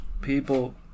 people